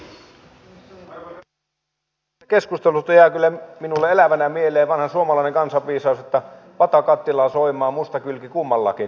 tästä keskustelusta jää kyllä minulle elävänä mieleen vanha suomalainen kansanviisaus pata kattilaa soimaa musta kylki kummallakin